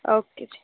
okay ਜੀ